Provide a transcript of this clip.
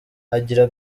agira